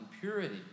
purity